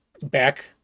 Back